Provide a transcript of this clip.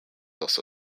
also